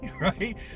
right